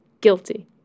guilty